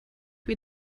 wie